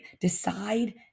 Decide